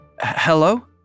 Hello